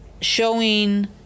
showing